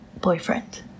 Boyfriend